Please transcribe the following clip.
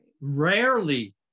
Rarely